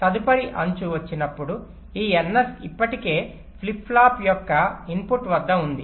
తదుపరి అంచు వచ్చినప్పుడు ఈ NS ఇప్పటికే ఫ్లిప్ ఫ్లాప్ యొక్క ఇన్పుట్ వద్ద ఉంది